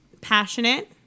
passionate